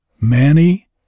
Manny